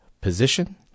position